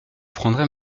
prendrai